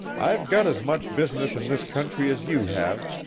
i've got as much business in this country as you have,